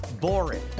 boring